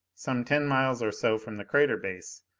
some ten miles or so from the crater base,